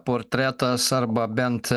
portretas arba bent